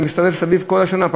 זה מסתובב סביב כל השנה,